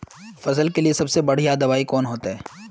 फसल के लिए सबसे बढ़िया दबाइ कौन होते?